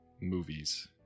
movies